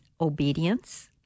obedience